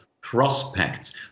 prospects